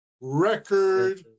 record